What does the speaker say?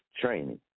training